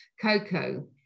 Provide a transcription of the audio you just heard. cocoa